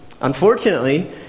Unfortunately